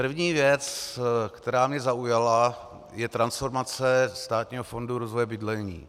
První věc, která mě zaujala, je transformace Státního fondu rozvoje bydlení.